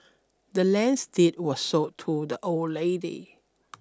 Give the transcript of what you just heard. the land's deed was sold to the old lady